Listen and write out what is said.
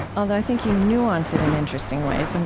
although, i think you nuance it in interesting ways. and